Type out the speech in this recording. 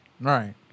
Right